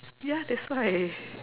ya that's why